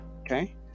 Okay